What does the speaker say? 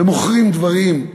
ומוכרים דברים,